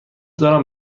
دارم